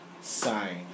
sign